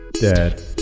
Dad